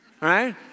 right